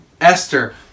Esther